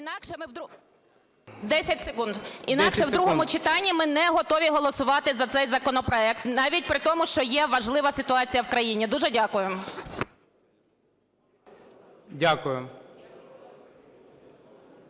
Інакше в другому читанні ми не готові голосувати за цей законопроект навіть при тому, що є важлива ситуація в країні. Дуже дякую.